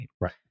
right